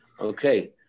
Okay